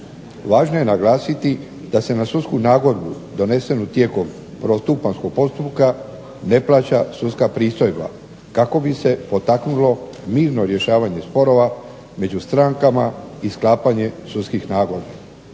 Važno je naglasiti da se na sudsku nagodbu donesenu tijekom prvostupanjskog postupka ne plaća sudska pristojba kako bi se potaknulo mirno rješavanje sporova među strankama i sklapanje sudskih nagodbi.